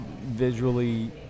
visually